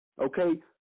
okay